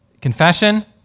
Confession